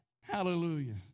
Hallelujah